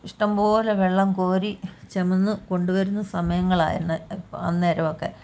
ഇഷ്ടംപോലെ വെള്ളം കോരി ചുമന്ന് കൊണ്ടുവരുന്ന സമയങ്ങളാണ് അന്നേരം ഒക്കെ